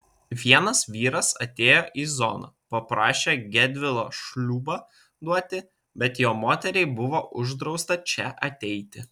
vienas vyras atėjo į zoną paprašė gedvilo šliūbą duoti bet jo moteriai buvo uždrausta čia ateiti